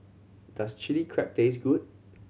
does Chilli Crab taste good